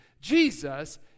Jesus